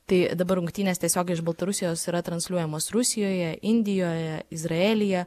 tai dabar rungtynes tiesiogiai iš baltarusijos yra transliuojamos rusijoje indijoje izraelyje